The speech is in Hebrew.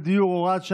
התשפ"א 2021,